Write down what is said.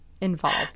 involved